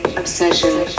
obsession